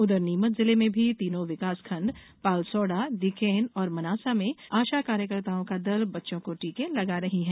उधर नीमच जिले में भी तीनो विकासखण्ड पालसोड़ा डीकेन और मनासा में आशा कार्यकर्ताओं का दल बच्चों को टीके लगा रही हैं